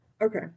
Okay